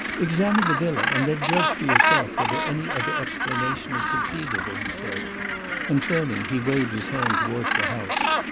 examine the villa and then judge for yourself whether any other explanation is conceivable, he said and turning, he waved his hand towards the house.